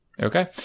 Okay